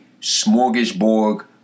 smorgasbord